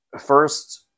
first